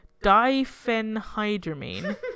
diphenhydramine